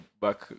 back